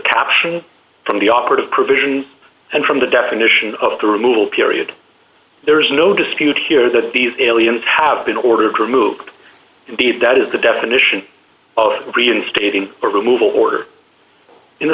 caption from the operative provisions and from the definition of the removal period there is no dispute here that these aliens have been ordered to remove the deed that is the definition of reinstating a removal order in the